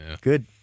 good